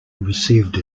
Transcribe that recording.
received